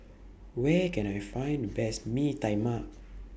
Where Can I Find Best Mee Tai Mak